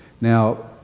Now